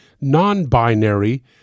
non-binary